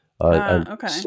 Okay